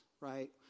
right